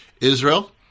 Israel